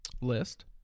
list